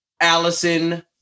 Allison